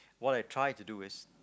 what I try to do is